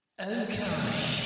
okay